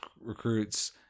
recruits